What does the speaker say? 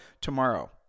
tomorrow